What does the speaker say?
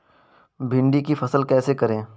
भिंडी की फसल कैसे करें?